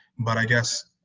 but i guess